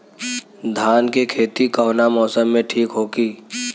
धान के खेती कौना मौसम में ठीक होकी?